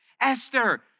Esther